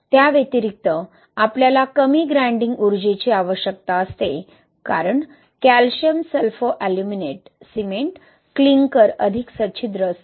त्या व्यतिरिक्त आपल्याला कमी ग्राइंडिंग उर्जेची आवश्यकता असते कारण कॅल्शियम सल्फोअल्युमिनेट सिमेंट क्लिंकर अधिक सच्छिद्र असतो